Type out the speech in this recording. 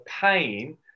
pain